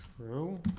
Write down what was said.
grew